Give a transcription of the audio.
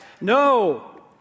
No